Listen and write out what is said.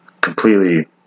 completely